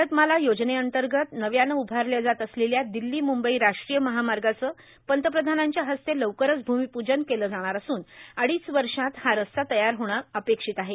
भारतमाला योजनेअंतर्गत नव्यानं उभारल्या जात असलेल्या दिल्ली मंबई राष्ट्रीय महामार्गाचं पंतप्रधानांच्या हस्ते लवकरच भूमिपूजन केलं जाणार असून अडीच वर्षांत हा रस्ता तयार होणं अपेक्षित आहे